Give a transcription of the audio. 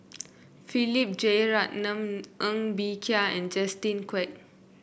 Philip Jeyaretnam Ng Bee Kia and Justin Quek